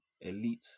elite